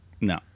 no